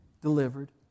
delivered